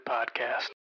Podcast